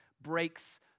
breaks